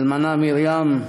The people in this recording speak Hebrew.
האלמנה מרים,